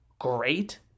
great